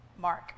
Mark